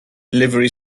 livery